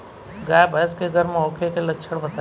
गाय भैंस के गर्म होखे के लक्षण बताई?